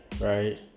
right